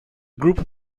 group